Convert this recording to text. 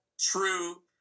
true